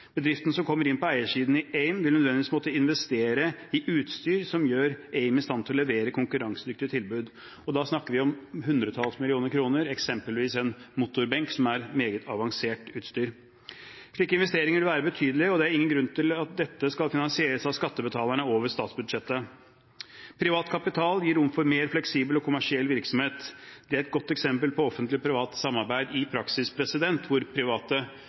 Bedriften som kommer inn på eiersiden i AIM, vil nødvendigvis måtte investere i utstyr som gjør AIM i stand til å levere konkurransedyktige tilbud. Da snakker vi om hundretalls millioner kroner, eksempelvis en motorbenk, som er meget avansert utstyr. Slike investeringer vil være betydelige, og det er ingen grunn til at dette skal finansieres av skattebetalerne over statsbudsjettet. Privat kapital gir rom for mer fleksibel og kommersiell virksomhet. Det er et godt eksempel på offentlig-privat samarbeid i praksis, hvor det er privat og offentlig kapital, mens private